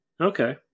Okay